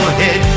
head